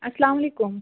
اَسلام علیکُم